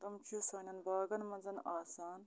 تِم چھِ سانٮ۪ن باغَن منٛز آسان